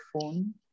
phone